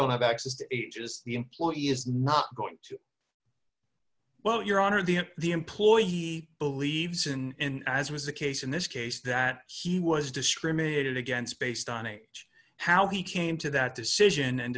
going have access to age as the employee is not going to well your honor the the employer he believes in as was the case in this case that he was discriminated against based on age how he came to that decision and